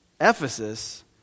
Ephesus